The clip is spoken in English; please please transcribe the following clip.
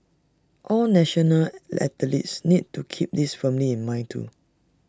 all national athletes need to keep this firmly in mind too